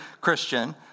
Christian